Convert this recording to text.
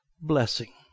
blessing